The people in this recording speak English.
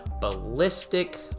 ballistic